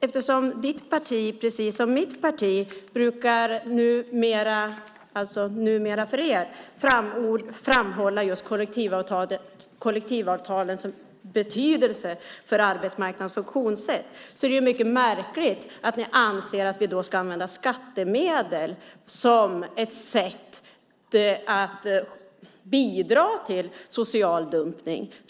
Eftersom ditt parti numera, precis som mitt parti, brukar framhålla kollektivavtalens betydelse för arbetsmarknadens funktionssätt är det mycket märkligt att ni anser att vi ska använda skattemedel som ett sätt att bidra till social dumpning.